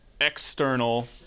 external